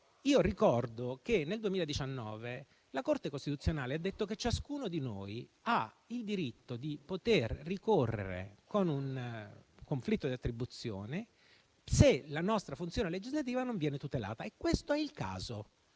Io ricordo che nel 2019 la Corte costituzionale ha detto che ciascuno di noi ha il diritto di ricorrere con un conflitto di attribuzione nel caso in cui la nostra funzione legislativa non venga tutelata. E questo è il caso,